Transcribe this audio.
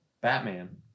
Batman